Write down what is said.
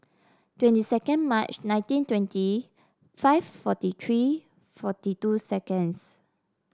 twenty second March nineteen twenty five forty three forty two seconds